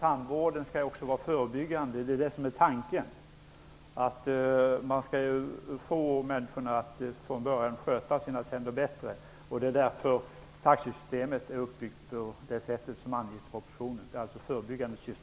Herr talman! Tanken är att tandvården också skall vara förebyggande. Man skall få människor att från början sköta sina tänder bättre. Det är därför taxesystemet är uppbyggt på det sätt som anges i propositionen. Det är alltså ett förebyggande syfte.